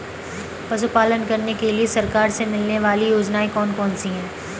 पशु पालन करने के लिए सरकार से मिलने वाली योजनाएँ कौन कौन सी हैं?